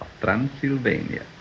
Transylvania